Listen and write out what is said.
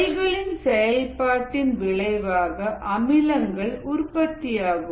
செல்களின் செயல்பாட்டின் விளைவாக அமிலங்கள் உற்பத்தியாகும்